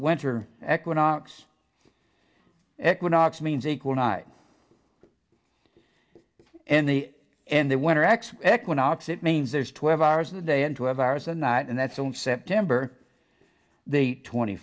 or economics economics means equal night in the in the winter x economics it means there's twelve hours a day and to have hours a night and that's on september the twenty